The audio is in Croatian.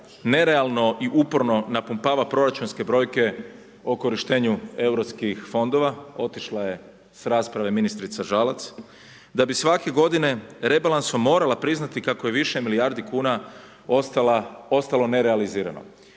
nerealno i uporno napumpava proračunske brojke o korištenju europskih fondova otišla je s rasprave ministrica Žalac, da bi svake godine rebalansom morala priznati kako je više milijardi kuna ostalo nerealizirano.